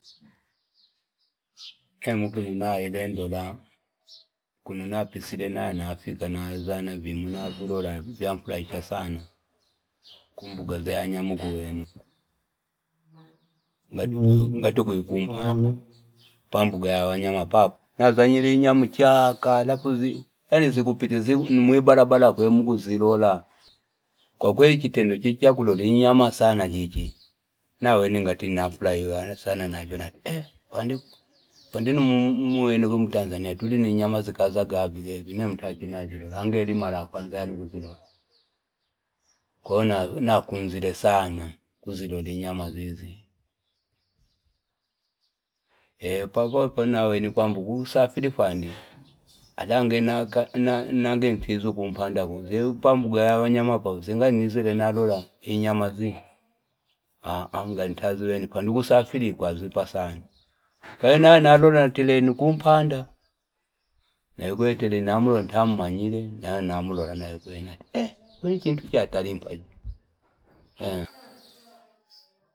Nemwi kuno naile indola, kuno napisi nayonafika nazana vimwi navilota vyanfulaisha nazana vimwi navilola vyanfulaisha sana ukumbuga zya ya nyama kuweno kuu ngati ukuya kumpanda pa mbuga ya yanyama popo nazanyle inyama achaka ani zikupita nu mwibalala kwene mkuzilola kwakweli chitendo chichi chakulota inyama chichi naweni ngati nafulahiwa nazyo nati fuandinu mutanzania kwene tulini inyama zikazagaa vikwene vii nemwi nta chili nazilota ange ali mara ya kwanza yane kuzilola kwahiyo nakunzile sana kuzilola inyama zizyo eepapo pano naweni kusajili fwandi ali niange nkame kwiza kumpanda kuu uzye pambuga ya nyama paa uzyengali nizile nalola inyama zii aaa ngali ntazimweni fwandi kusafili kwazipa sana kaili nayanalola na teleni kumpanda nawekwene teleni naya na mlola ntammanyile nayanamlola namekwene nati ee vino chintu chatalimpa chii.